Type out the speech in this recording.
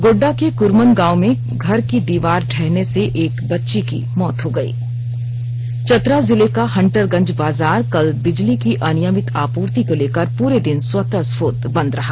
गोड्डा के कुरमन गांव में घर की दीवार ढहने से एक बच्ची की मौत हो गई चतरा जिले का हंटरगंज बाजार कल बिजली की अनियमित आपूर्ति को लेकर पूरे दिन स्वतः स्फूर्त बंद रहा